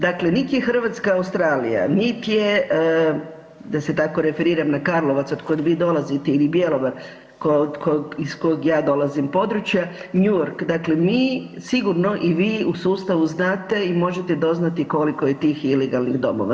Dakle, niti je Hrvatska Australija, niti je da se tako referiram na Karlovac od kud dolazite ili Bjelovar iz kog ja dolazim područja New York, dakle mi sigurno i vi u sustavu znate i možete doznati koliko je tih ilegalnih domova.